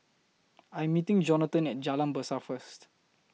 I Am meeting Johnathon At Jalan Berseh First